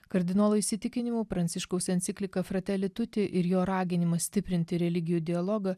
kardinolo įsitikinimu pranciškaus enciklika frateli tuti ir jo raginimas stiprinti religijų dialogą